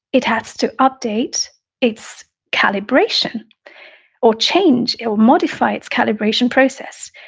it has to update its calibration or change, it will modify its calibration process.